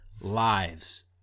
lives